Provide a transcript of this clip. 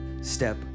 step